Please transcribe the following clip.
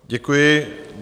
Děkuji.